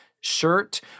shirt